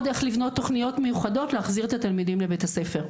איך לבנות תוכניות מיוחדות להחזיר את התלמידים לבית הספר.